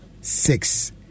six